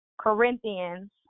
Corinthians